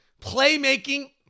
Playmaking